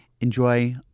Enjoy